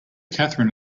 katherine